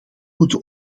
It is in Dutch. moeten